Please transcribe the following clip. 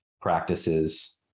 practices